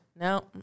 No